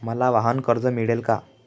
मला वाहनकर्ज मिळेल का?